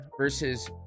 versus